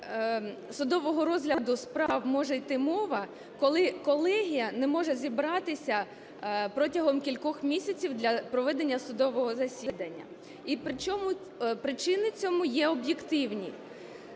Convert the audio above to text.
судового розгляду справ може іти мова, коли колегія не може зібратися протягом кількох місяців для проведення судового засідання? І причини цьому є об'єктивні.